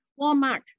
Walmart